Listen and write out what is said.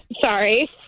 Sorry